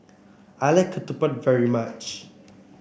I like Ketupat very much